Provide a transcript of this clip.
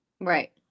Right